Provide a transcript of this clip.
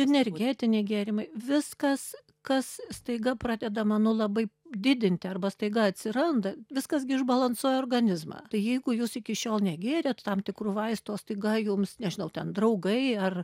energetiniai gėrimai viskas kas staiga pradedama nu labai didinti arba staiga atsiranda viskas gi išbalansuoja organizmą tai jeigu jūs iki šiol negėrėt tam tikrų vaistų o staiga jums nežinau ten draugai ar